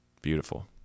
Beautiful